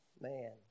man